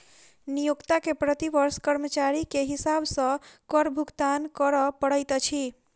नियोक्ता के प्रति वर्ष कर्मचारी के हिसाब सॅ कर भुगतान कर पड़ैत अछि